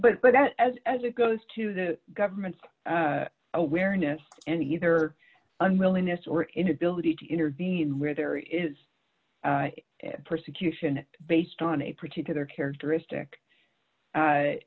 but but as as it goes to the government's awareness and either unwillingness or inability to intervene where there is persecution based on a particular characteristic